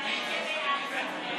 שירותי תעופה (פיצוי וסיוע בשל ביטול טיסה